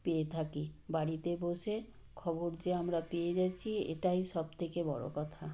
পেয়ে থাকি বাড়িতে বসে খবর যে আমরা পেয়ে যাচ্ছি এটাই সবথেকে বড়ো কথা